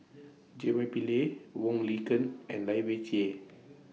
J Y Pillay Wong Lin Ken and Lai Weijie